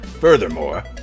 Furthermore